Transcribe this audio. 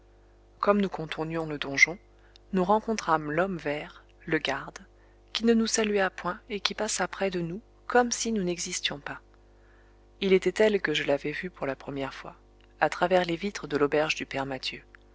comme nous contournions le donjon nous rencontrâmes l'homme vert le garde qui ne nous salua point et qui passa près de nous comme si nous n'existions pas il était tel que je l'avais vu pour la première fois à travers les vitres de l'auberge du père mathieu